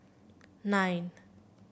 nine